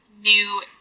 new